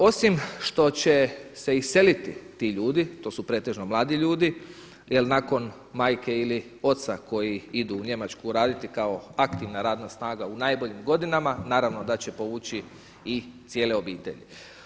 Osim što će se iseliti ti ljudi, to su pretežno mladi ljudi jer nakon majke ili oca koji idu u Njemačku raditi kao aktivna radna snaga u najboljim godinama naravno da će povući i cijele obitelji.